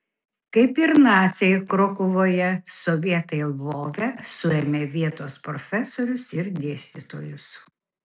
kaip ir naciai krokuvoje sovietai lvove suėmė vietos profesorius ir dėstytojus